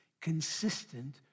consistent